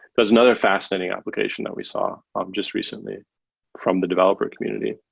that's another fascinating application that we saw um just recently from the developer community,